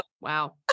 Wow